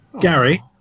Gary